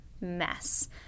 mess